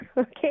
okay